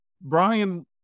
Brian